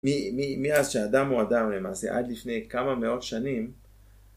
מאז שאדם הוא אדם, למעשה, עד לפני כמה מאות שנים.